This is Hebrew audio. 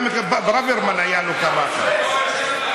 גם לברוורמן הייתה קרחת.